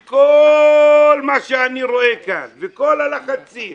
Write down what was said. וכל מה שאני רואה כאן, וכל הלחצים,